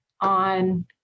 on